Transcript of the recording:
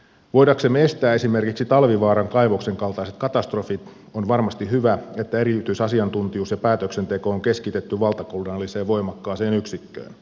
voidaksemme estää esimerkiksi talvivaaran kaivoksen kaltaiset katastrofit on varmasti hyvä että erityisasiantuntijuus ja päätöksenteko on keskitetty valtakunnalliseen voimakkaaseen yksikköön